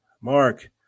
Mark